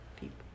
people